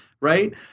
right